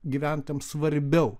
gyventojams svarbiau